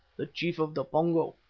the chief of the pongo,